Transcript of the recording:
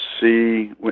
see